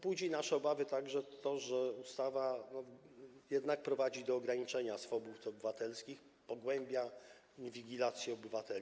Budzi nasze obawy także to, że ustawa jednak prowadzi do ograniczenia swobód obywatelskich, pogłębia inwigilację obywateli.